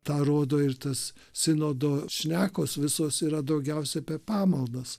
tą rodo ir tas sinodo šnekos visos yra daugiausiai apie pamaldas